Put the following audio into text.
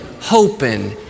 hoping